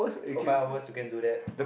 for five hours you can do that